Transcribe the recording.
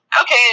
okay